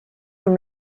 from